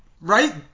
right